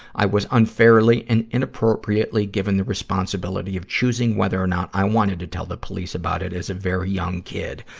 i was unfairly and inappropriately given the responsibility of choosing whether or not i wanted to tell the police about it as a very young kid.